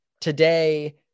today